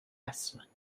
easmainn